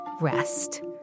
Rest